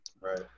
Right